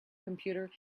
computer